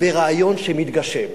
ברעיון שמתגשם.